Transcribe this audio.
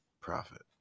profit